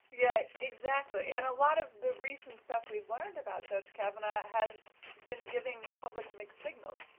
yeah exactly. and a lot of the recent stuff we have learned about judge kavanaugh has been giving the public mixed signals.